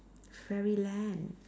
fairy land